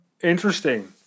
Interesting